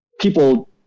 people